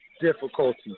difficulty